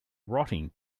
rotting